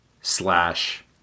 slash